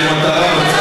אם יש לך שאלה נוספת,